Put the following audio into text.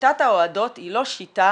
שיטת ההועדות היא לא שיטה